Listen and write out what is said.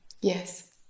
Yes